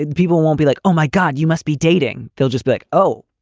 people won't be like, oh, my god, you must be dating. they'll just be like, oh,